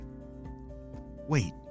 Wait